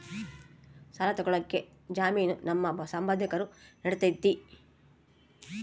ಸಾಲ ತೊಗೋಳಕ್ಕೆ ಜಾಮೇನು ನಮ್ಮ ಸಂಬಂಧಿಕರು ನಡಿತೈತಿ?